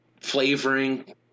flavoring